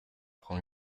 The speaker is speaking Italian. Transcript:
con